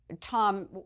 Tom